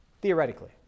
Theoretically